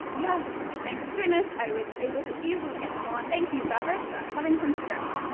yes! thank goodness i was able to easily get them on. thank you, fabric, for having some stretch.